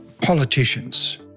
politicians